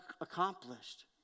accomplished